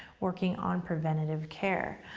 working on preventative care.